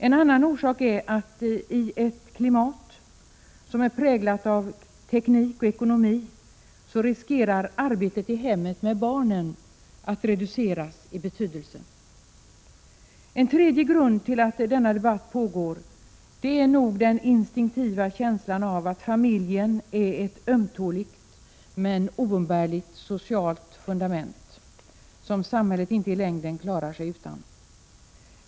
En annan är att i ett klimat som är präglat av teknik och ekonomi riskerar arbetet i hemmet med barnen att reduceras i betydelse. En tredje grund till att denna debatt pågår är nog den instinktiva känslan av att familjen är ett ömtåligt men oumbärligt socialt fundament, som samhället inte i längden klarar sig utan.